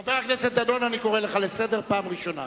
חבר הכנסת דנון, אני קורא לך לסדר פעם ראשונה.